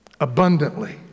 abundantly